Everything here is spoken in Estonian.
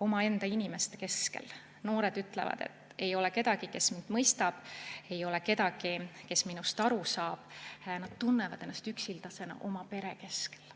omaenda inimeste keskel. Noored ütlevad: "Ei ole kedagi, kes mind mõistab, ei ole kedagi, kes minust aru saab." Nad tunnevad ennast üksildasena oma pere keskel.